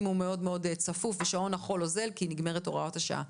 הוא צפוף מאוד ושעון החול אוזל כי נגמרת הוראת השעה.